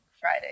Friday